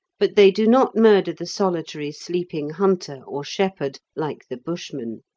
but they do not murder the solitary sleeping hunter or shepherd like the bushmen.